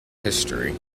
history